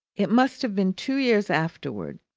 it must have been two years afterwards,